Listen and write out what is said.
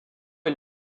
est